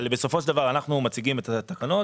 אבל בסופו של דבר, אנחנו מציגים את התקנות